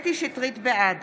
בעד